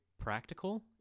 practical